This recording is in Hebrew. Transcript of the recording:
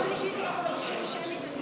בקריאה שלישית אנחנו מבקשים שמית.